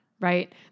right